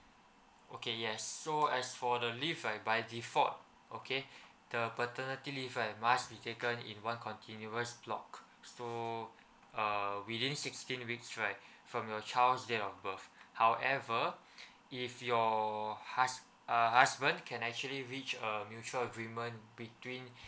okay yes so as for the leave right by default okay the paternity leave right must be taken in one continuous block so uh within sixteen weeks right from your child's date of birth however if your hus~ uh husband can actually reach a mutual agreement between